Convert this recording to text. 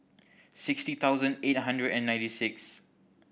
sixty thousand eight hundred and ninety six